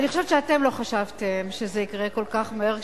אני חושבת שאתם לא חשבתם שזה יקרה כל כך מהר,